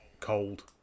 cold